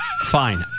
Fine